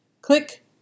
Click